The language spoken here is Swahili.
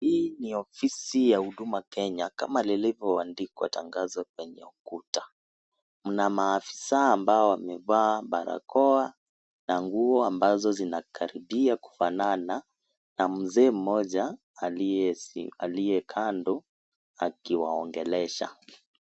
Hii ni ofisi ya huduma Kenya kama lilivyoandikwa tangazo kwenye ukuta. Mna maafisa ambao wamevaa barakoa na nguo ambazo zinakaribia kufanana na mzee mmoja aliye kando akiwaongelesha.